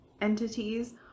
entities